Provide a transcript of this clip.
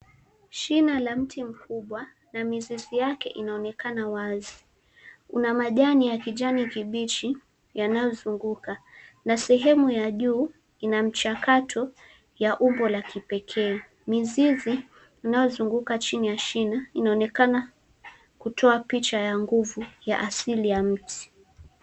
Shina la mti mkubwa na mizizi yake inaonekana wazi una majani ya kijani kibichi yanayozungika na sehemu ya juu ina mchakato ya umbo la kipekee mizizi inayozunguka chini ya shina la inaonekana kutoa picha ya nguvu ya asili ya mti.